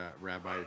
Rabbi